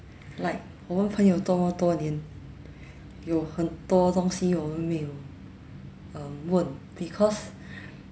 like 我们朋友多多年有很多东西我们没有 um 问 because